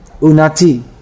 Unati